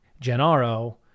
Gennaro